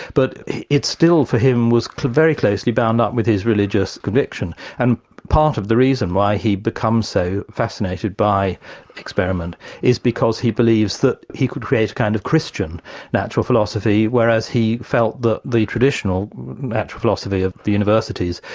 but it still for him was very closely bound up with his religious conviction and part of the reason why he'd become so fascinated by experiment is because he believes that he could create a kind of christian natural philosophy, whereas he felt that the traditional natural philosophy of the universities,